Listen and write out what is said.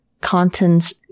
content's